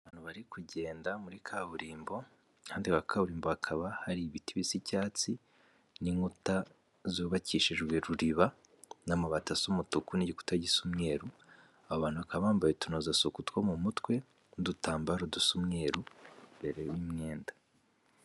Abantu bari kugenda muri kaburimbo kandi wa kaburimbo hakaba hari ibiti bi by'icyatsi n'inkuta zubakishijwe ruriba n'amabati asa umutuku n'igikuta gisa umweruru, babanuka bambaye utunoza suku two mu mutwe n'udutambaro dusa umweruru imbere y'imyenda.